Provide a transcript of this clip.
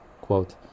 Quote